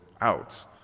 out